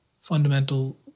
fundamental